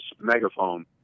megaphone